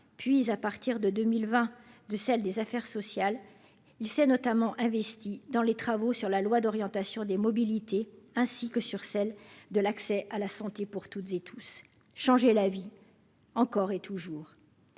puis à partir de 2020 de celle des Affaires sociales, il s'est notamment investi dans les travaux sur la loi d'orientation des mobilités, ainsi que sur celle de l'accès à la santé pour toutes et tous, changer la vie, encore et toujours,